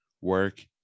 work